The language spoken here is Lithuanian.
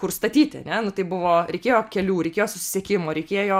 kur statyti ane nu tai buvo reikėjo kelių reikėjo susisiekimo reikėjo